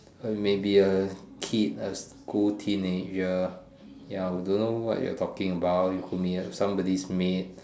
maybe a kid a cool teenager ya we don't know what you're talking about it could be a somebody's maid